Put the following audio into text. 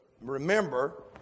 remember